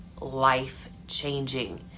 life-changing